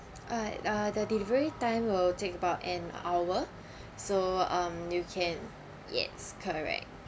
ah uh the delivery time will take about an hour so um you can yes correct